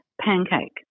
pancake